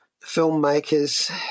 filmmaker's